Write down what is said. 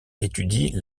étudient